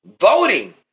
voting